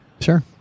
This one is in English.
Sure